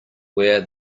where